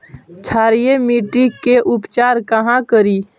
क्षारीय मिट्टी के उपचार कहा करी?